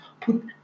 put